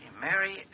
Mary